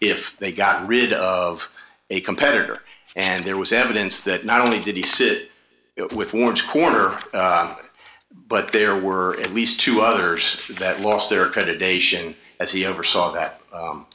if they got rid of a competitor and there was evidence that not only did he sit with ward corner but there were at least two others that lost their accreditation as he oversaw that